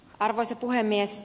arvoisa puhemies